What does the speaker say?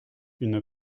une